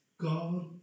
God